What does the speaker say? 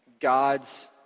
God's